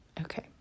Okay